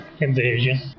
invasion